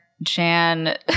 Jan